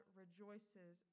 rejoices